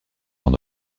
jean